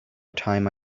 time